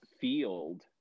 field